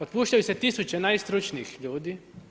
Otpuštaju se tisuće najstručnijih ljudi.